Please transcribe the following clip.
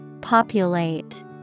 Populate